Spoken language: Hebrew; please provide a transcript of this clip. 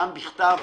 גם בכתב,